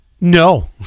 No